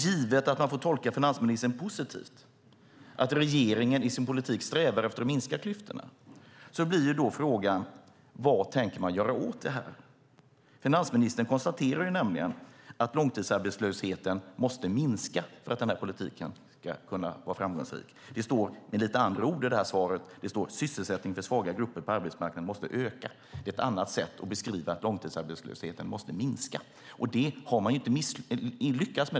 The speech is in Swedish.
Givet att man får tolka finansministern positivt - att regeringen i sin politik strävar efter att minska klyftorna - blir frågan: Vad tänker man göra åt det här? Finansministern konstaterar nämligen att långtidsarbetslösheten måste minska för att politiken ska kunna vara framgångsrik. Det står med lite andra ord i svaret. Det står: Sysselsättningen för svaga grupper på arbetsmarknaden måste öka. Det är ett annat sätt att beskriva att långtidsarbetslösheten måste minska. Det har man inte lyckats med.